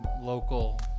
local